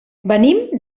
venim